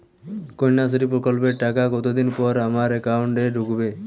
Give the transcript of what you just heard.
কন্যাশ্রী প্রকল্পের টাকা কতদিন পর আমার অ্যাকাউন্ট এ ঢুকবে?